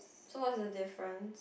so what's the difference